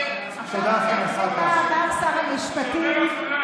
תבוא לדבר, עכשיו תורי לדבר.